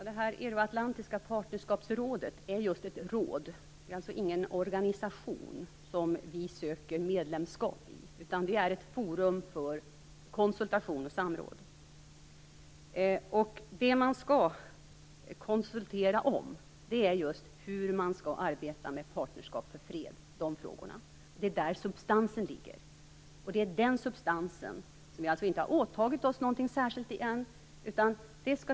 Herr talman! Det euroatlantiska partnerskapsrådet är just ett råd. Det är alltså ingen organisation som Sverige söker medlemskap i, utan ett forum för konsultation och samråd. Det som man skall konsultera om är just hur man skall arbeta med Partnerskap för fred. Det gäller de frågorna - det är där substansen ligger. Sverige har ännu inte åtagit sig något särskilt i den här substansen ännu.